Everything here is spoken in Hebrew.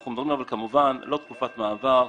אנחנו מדברים כמובן לא על תקופת מעבר,